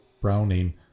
Browning